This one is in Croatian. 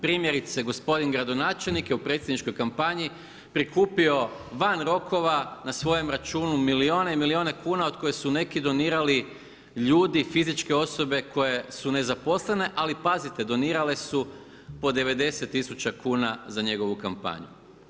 Primjerice, gospodin gradonačelnik je u predsjedničkoj kampanji prikupio van rokova na svojem računa milijune i milijune kuna od koje su neki donirali ljudi, fizičke osobe koje su nezaposlene, ali pazite donirale su po 90 tisuća kuna za njegovu kampanju.